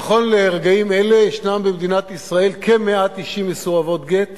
נכון לרגעים אלה יש במדינת ישראל כ-190 מסורבות גט